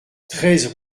treize